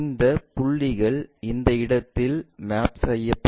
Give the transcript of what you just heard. இந்த புள்ளிகள் இந்த இடத்தில் மேப் செய்யப்படும்